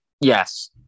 yes